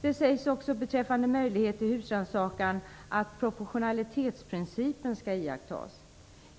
Det sägs också beträffande möjlighet till husrannsakan att proportionalitetsprincipen skall iakttas.